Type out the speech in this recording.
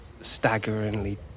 staggeringly